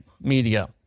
media